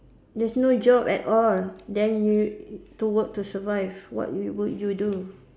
there's no job at all then you to work to survive what you would you do